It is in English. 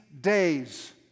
days